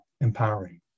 empowering